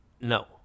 No